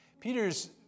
Peter's